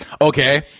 Okay